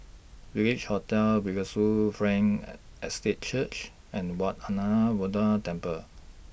Village Hotel Bethesda Frankel Estate Church and Wat Temple